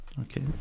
Okay